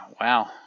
wow